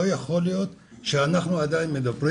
לא יכול להיות שאנחנו עדיין מדברים